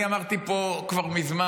אני אמרתי פה כבר מזמן,